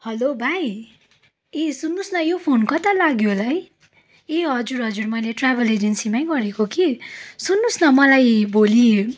हलो भाइ ए सुन्नुहोस् न यो फोन कता लाग्यो होला है ए हजुर हजुर मैले ट्राभल एजेन्सीमै गरेको कि सुन्नुहोस् न मलाई भोलि